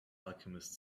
alchemist